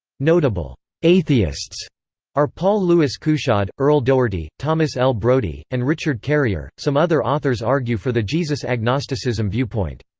notable atheists are paul-louis couchoud, earl doherty, thomas l. brodie, and richard carrier some other authors argue for the jesus agnosticism viewpoint.